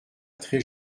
très